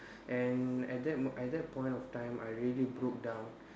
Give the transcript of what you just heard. and at that mo~ at that point of time I really broke down